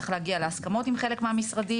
צריך להגיע להסכמות עם חלק מהמשרדים,